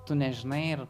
tu nežinai ir